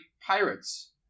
pirates